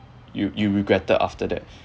you you regretted after that